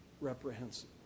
reprehensible